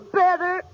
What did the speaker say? better